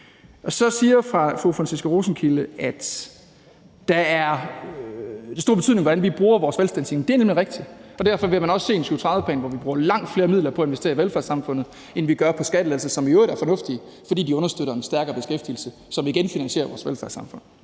Så siger fru Franciska Rosenkilde, at det er af stor betydning, hvordan vi bruger vores velstandsstigning. Det er nemlig rigtigt, og derfor vil man også se en 2030-plan, hvor vi bruger langt flere midler på at investere i velfærdssamfundet, end vi gør på skattelettelser – som i øvrigt er fornuftige, fordi de understøtter en stærkere beskæftigelse, som igen finansierer vores velfærdssamfund.